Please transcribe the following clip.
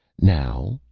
now,